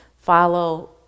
follow